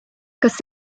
kas